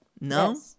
No